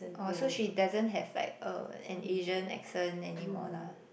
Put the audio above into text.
oh so she doesn't have like a an Asian accent anymore lah